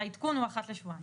והעדכון הוא אחת לשבועיים.